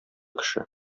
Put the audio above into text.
кеше